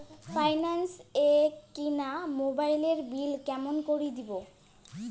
Finance এ কিনা মোবাইলের বিল কেমন করে দিবো?